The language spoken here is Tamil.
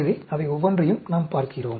எனவே அவை ஒவ்வொன்றையும் நாம் பார்க்கிறோம்